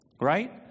right